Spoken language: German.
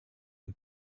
ein